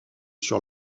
sur